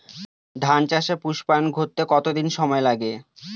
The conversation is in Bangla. ধান চাষে পুস্পায়ন ঘটতে কতো দিন সময় লাগে?